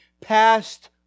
passed